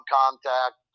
contact